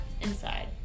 inside